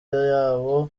yaba